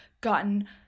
gotten